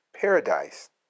paradise